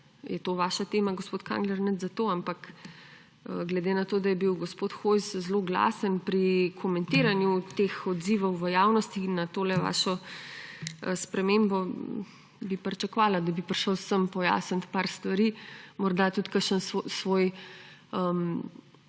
je to vaša tema, gospod Kangler. Nič zato, ampak glede na to, da je bil gospod Hojs zelo glasen pri komentiranju teh odzivov v javnosti na tole vašo spremembo, bi pričakovala, da bi prišel sem pojasnit par stvari, morda tudi kakšen svoj